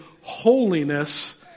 holiness